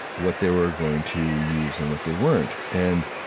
what they were going to use and what they weren't and